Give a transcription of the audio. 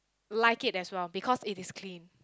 like it as well because it is clean